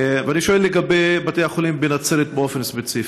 ואני שואל לגבי בתי החולים בנצרת באופן ספציפי.